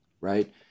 right